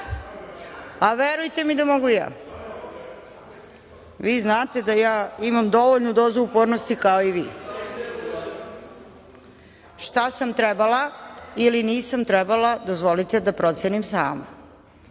mi da mogu i ja, a vi znate da ja imam dovoljnu dozu upornosti kao i vi. Šta sam trebala ili nisam trebala, dozvolite da procenim sama.